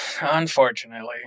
Unfortunately